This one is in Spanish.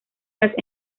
las